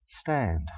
stand